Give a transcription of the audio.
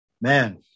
Man